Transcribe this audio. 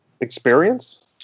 experience